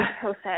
process